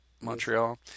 Montreal